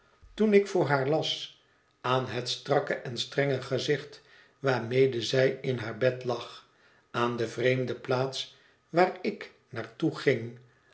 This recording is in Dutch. toen ik voor haar las aan het strakke en strenge gezicht waarmede zij in baar bed lag aan de vreemde plaats waar ik naar toe ging